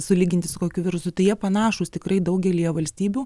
sulyginti su kokiu virusu tai jie panašūs tikrai daugelyje valstybių